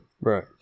Right